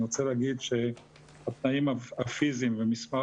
אני רוצה להגיד שהתנאים הפיזיים ומספר